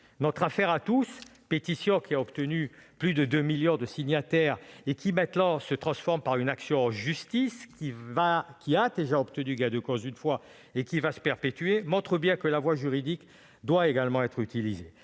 Notre affaire à tous », qui a recueilli plus de 2 millions de signataires, s'est transformée en une action en justice, qui a déjà obtenu gain de cause une fois et va se perpétuer, montre bien que la voie juridique doit également être utilisée.